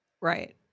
Right